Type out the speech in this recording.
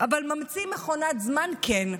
אבל ממציא מכונת זמן, כן.